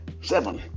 seven